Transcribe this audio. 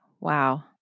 Wow